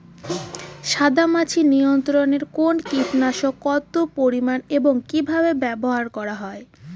সাদামাছি নিয়ন্ত্রণে কোন কীটনাশক কত পরিমাণে এবং কীভাবে ব্যবহার করা হয়?